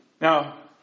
Now